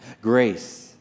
Grace